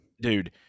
Dude